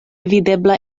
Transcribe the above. videbla